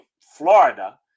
Florida